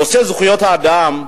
נושא זכויות האדם,